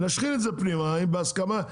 נשחיל את זה פנימה בהסכמה.